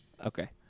Okay